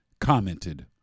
commented